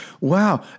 Wow